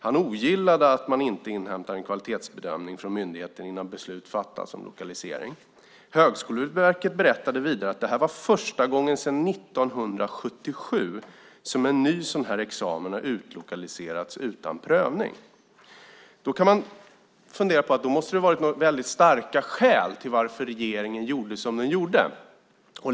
Han ogillade att man inte inhämtar en kvalitetsbedömning från myndigheten innan beslut fattas om lokalisering. Högskoleverket berättade vidare att detta var första gången sedan 1977 som en ny sådan här examen har utlokaliserats utan prövning. Man kan fundera över vilka starka skäl som kan ha funnits till varför regeringen gjorde som den gjorde.